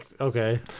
Okay